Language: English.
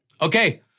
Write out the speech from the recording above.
Okay